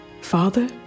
Father